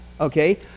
okay